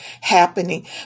happening